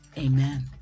Amen